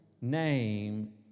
name